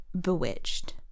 Bewitched